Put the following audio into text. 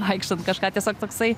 vaikštant kažką tiesiog toksai